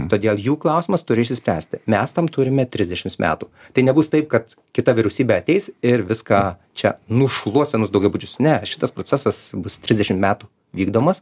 todėl jų klausimas turi išsispręsti mes tam turime trisdešimt metų tai nebus taip kad kita vyriausybė ateis ir viską čia nušluos senus daugiabučius ne šitas procesas bus trisdešimt metų vykdomas